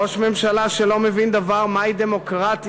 ראש ממשלה שלא מבין דבר, מהי דמוקרטיה,